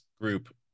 group